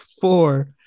four